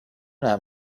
not